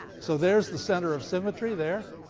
so there's the center of symmetry there.